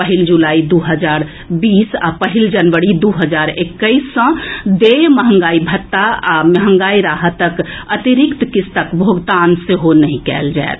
पहिल जुलाई दू हजार बीस आ पहिल जनवरी दू हजार एक्कैस सँ देय मंहगाई भत्ता आ मंहगाई राहतक अतिरिक्त किस्तक भोगतान सेहो नहि कएल जाएत